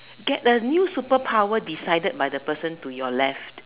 get the new superpower decided by the person to your left